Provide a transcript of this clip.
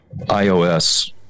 iOS